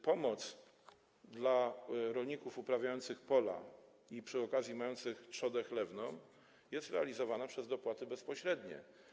Pomoc dla rolników uprawiających pola i przy okazji mających trzodę chlewną jest realizowana przez dopłaty bezpośrednie.